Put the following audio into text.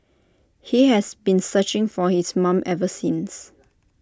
he has been searching for his mom ever since